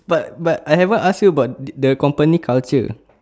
but but I haven't ask you about the company culture